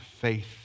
faith